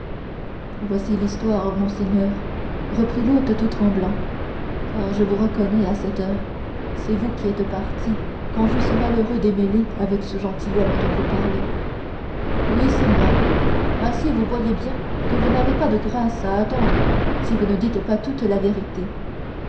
voici l'histoire monseigneur reprit l'hôte tout tremblant car je vous reconnais à cette heure c'est vous qui êtes parti quand j'eus ce malheureux démêlé avec ce gentilhomme dont vous parlez oui c'est moi ainsi vous voyez bien que vous n'avez pas de grâce à attendre si vous ne dites pas toute la vérité